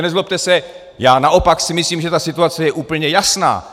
Nezlobte se, já naopak si myslím, že situace je úplně jasná.